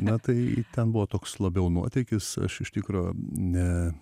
na tai ten buvo toks labiau nuotykis aš iš tikro ne